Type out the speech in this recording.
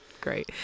great